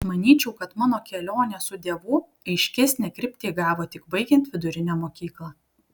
manyčiau kad mano kelionė su dievu aiškesnę kryptį įgavo tik baigiant vidurinę mokyklą